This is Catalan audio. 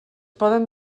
poden